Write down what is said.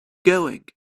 going